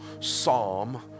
psalm